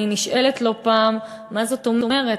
אני נשאלת לא פעם: מה זאת אומרת,